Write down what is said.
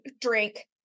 drink